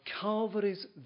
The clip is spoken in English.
Calvary's